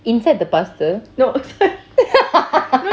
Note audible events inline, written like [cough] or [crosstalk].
inside the pastor [laughs]